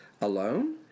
alone